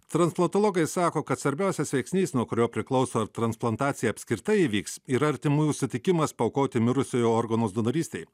transplantologai sako kad svarbiausias veiksnys nuo kurio priklauso ar transplantacija apskritai įvyks yra artimųjų sutikimas paaukoti mirusiojo organus donorystei